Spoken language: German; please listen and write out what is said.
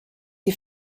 die